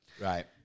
Right